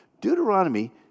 Deuteronomy